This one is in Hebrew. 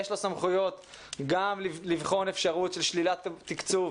יש לו סמכויות גם לבחון אפשרות של שלילת תקצוב,